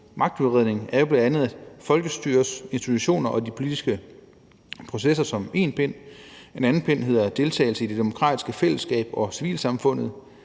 magtudredningen, er jo bl.a. folkestyrets institutioner og de politiske processer som én pind. En anden pind hedder deltagelse i det demokratiske fællesskab og civilsamfundet.